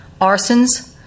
arsons